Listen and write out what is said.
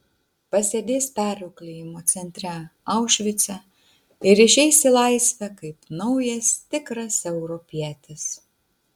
pasėdės perauklėjimo centre aušvice ir išeis į laisvę kaip naujas tikras europietis